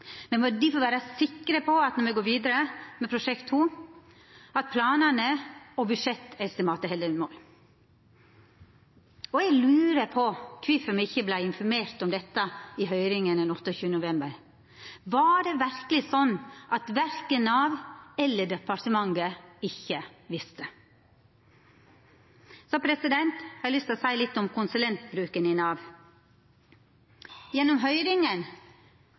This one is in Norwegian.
Me må difor vera sikre på at når me går vidare med Prosjekt 2, held planane og budsjettestimatet mål. Eg lurer på kvifor me ikkje vart informerte om dette i høyringa den 28. november. Var det verkeleg slik at verken Nav eller departementet ikkje visste? Så har eg lyst til å seia litt om konsulentbruken i Nav. Gjennom høyringa